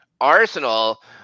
Arsenal